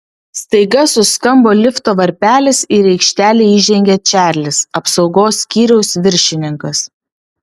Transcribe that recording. staiga suskambo lifto varpelis ir į aikštelę įžengė čarlis apsaugos skyriaus viršininkas